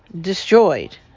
destroyed